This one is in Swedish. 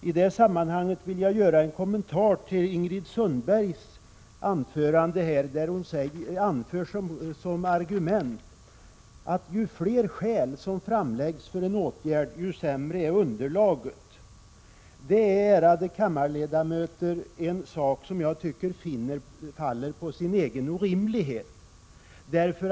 I det här sammanhanget vill jag göra en kommentar till Ingrid Sundbergs argument att ju fler skäl som framläggs för en åtgärd, desto sämre är underlaget. Det är, ärade kammarledamöter, ett påstående som jag tycker faller på sin egen orimlighet.